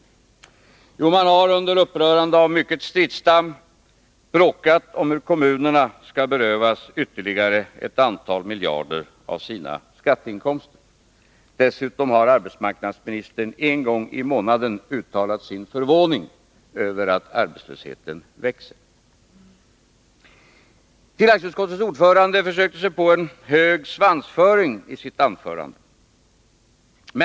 Jo, man har under upprörande av mycket stridsdamm bråkat om hur kommunerna skall berövas ytterligare ett antal miljarder av sina skatteinkomster. Dessutom har arbetsmarknadsministern en gång i månaden uttalat sin förvåning över att arbetslösheten växer. Finansutskottets ordförande försökte sig på en hög svansföring i sitt anförande.